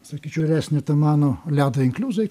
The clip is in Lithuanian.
sakyčiau vėlesnė ta mano ledo inkliuzai